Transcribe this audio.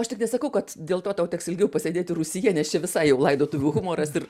aš tik nesakau kad dėl to tau teks ilgiau pasėdėti rūsyje nes čia visai jau laidotuvių humoras ir